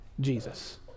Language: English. Jesus